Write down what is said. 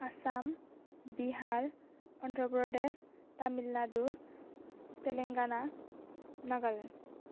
Assam Bihar Andhra Pradesh Tamil Nadu Telangana Nagaland